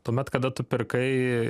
tuomet kada tu pirkai